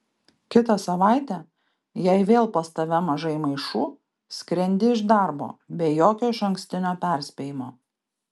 kitą savaitę jei vėl pas tave mažai maišų skrendi iš darbo be jokio išankstinio perspėjimo